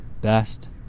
best